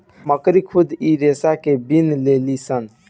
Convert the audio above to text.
मकड़ी खुद इ रेसा के बिन लेलीसन